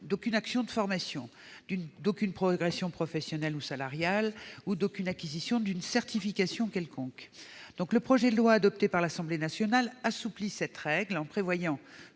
d'une action de formation, d'une progression professionnelle ou salariale, ni de l'acquisition d'une certification quelconque. Le projet de loi adopté par l'Assemblée nationale assouplit cette règle en prévoyant